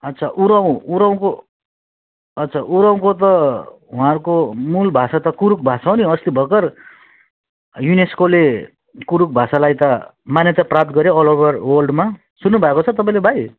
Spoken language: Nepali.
अच्छा उरावँ उरावँको अच्छा उरावँको त वहाँहरूको मूल भाषा त कुडुक भाषा हो नि अस्ति भर्खर युनेस्कोले कुडुक भाषालाई त मान्यता प्राप्त गऱ्यो अल ओभर वर्ल्डमा सुन्नुभएको छ तपाईँले भाइ